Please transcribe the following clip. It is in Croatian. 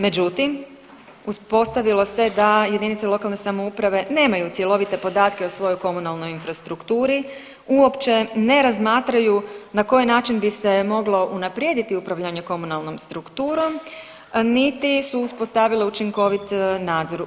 Međutim, uspostavilo se da jedinice lokalne samouprave nemaju cjelovite podatke o svojoj komunalnoj infrastrukturi, uopće ne razmatraju na koji način bi se moglo unaprijediti upravljanje komunalnom strukturom, niti su uspostavile učinkovit nadzor.